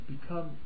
become